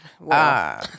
Wow